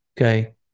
Okay